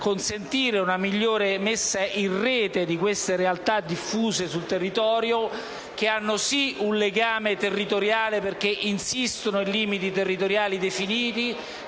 consentire una migliore messa in rete di tali realtà, diffuse sul territorio, che hanno certamente un legame territoriale, perché insistono su limiti territoriali definiti